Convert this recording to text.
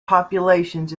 populations